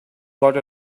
got